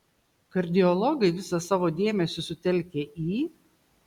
kardiologai visą savo dėmesį sutelkia į